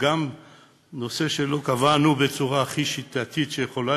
נושא שלא קבענו בצורה הכי שיטתית שיכולה